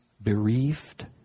bereaved